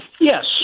Yes